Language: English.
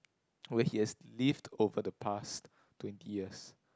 where he has lived over the past twenty years